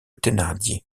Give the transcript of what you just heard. thénardier